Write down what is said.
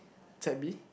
set B